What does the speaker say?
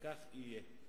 וכך יהיה.